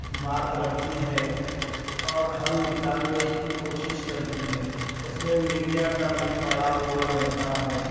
بات رکھتی ہے اور حل نکالنے کی کوشش کرتی ہے اس میں میڈیا کا بھی بڑا رول رہتا ہے